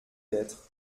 d’être